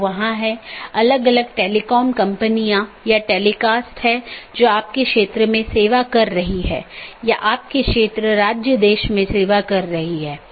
यह विज्ञापन द्वारा किया जाता है या EBGP वेपर को भेजने के लिए राउटिंग विज्ञापन बनाने में करता है